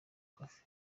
cafe